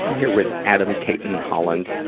here with adam cayton-holland.